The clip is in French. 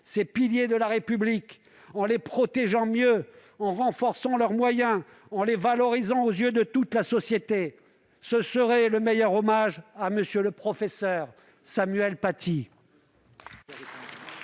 ces piliers de la République, en les protégeant mieux, en renforçant leurs moyens et en les valorisant aux yeux de toute la société ! Ce serait le meilleur hommage à M. le professeur Samuel Paty.